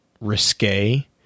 risque